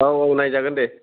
औ औ नायजागोन दे